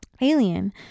alien